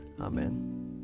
Amen